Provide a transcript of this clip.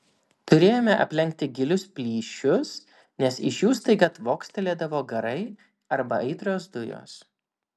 turėjome aplenkti gilius plyšius nes iš jų staiga tvokstelėdavo garai arba aitrios dujos